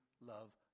love